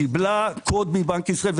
קיבלה קוד מבנק ישראל.